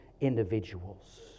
individuals